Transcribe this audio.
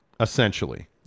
essentially